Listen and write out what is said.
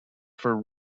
for